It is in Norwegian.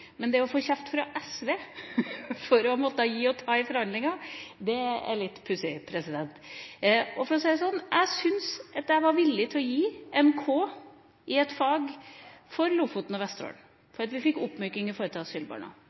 å få kjeft fra SV for å måtte gi og ta i forhandlinger, er litt pussig. For å si det sånn: Jeg var villig til å gi en «k» i et fag for Lofoten og Vesterålen, for at vi fikk oppmyking når det gjaldt asylbarna,